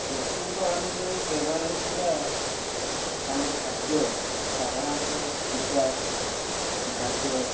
ପଶୁପାଳନରେ ବ୍ୟବହାର ହେଉଥିବା ତାଙ୍କର ଖାଦ୍ୟ ସାଧାରଣତଃ କୁଟା ଘାସ